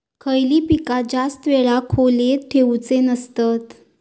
खयली पीका जास्त वेळ खोल्येत ठेवूचे नसतत?